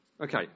Okay